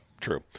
true